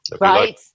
Right